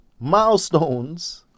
milestones